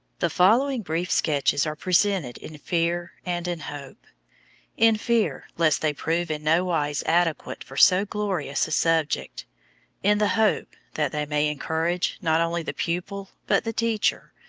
the following brief sketches are presented in fear and in hope in fear lest they prove in no wise adequate for so glorious a subject in the hope that they may encourage not only the pupil, but the teacher,